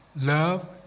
love